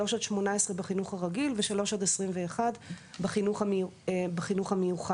18-3 בחינוך הרגיל, ו-21-3 בחינוך המיוחד.